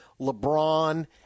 LeBron